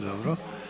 Dobro.